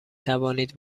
توانید